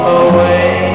away